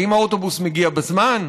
האם האוטובוס מגיע בזמן?